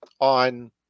on